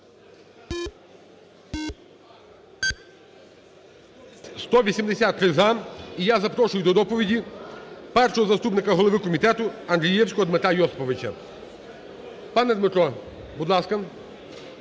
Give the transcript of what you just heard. За-183 І я запрошую до доповіді першого заступника голови комітету Андрієвського Дмитра Йосиповича. Пане Дмитро, будь ласка.